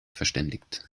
verständigt